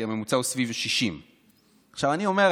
כי הממוצע הוא סביב 60. עכשיו אני אומר,